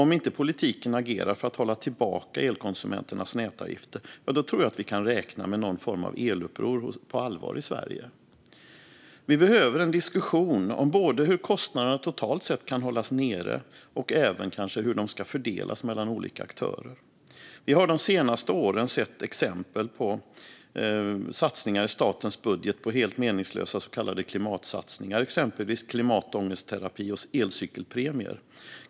Om inte politiken agerar för att hålla tillbaka elkonsumenternas nätavgifter tror jag att vi kan räkna med någon form av eluppror på allvar i Sverige. Vi behöver en diskussion om både hur kostnaderna totalt sett kan hållas nere och även kanske hur de ska fördelas mellan olika aktörer. Vi har de senaste åren sett exempel i statens budget på helt meningslösa så kallade klimatsatsningar, exempelvis klimatångestterapi och elcykelpremier.